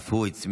אף הוא הצמיד